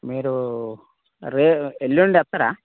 మీరు రే ఎల్లుండి వస్తారా